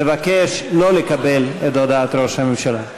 מבקש שלא לקבל את הודעת ראש הממשלה.